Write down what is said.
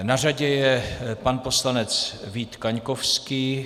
Na řadě je pan poslanec Vít Kaňkovský.